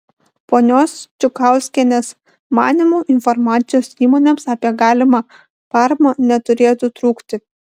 ponios čukauskienės manymu informacijos įmonėms apie galimą paramą neturėtų trūkti